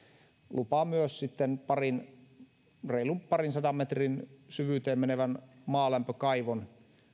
lupa myös reilun parin sadan metrin syvyyteen menevän maalämpökaivon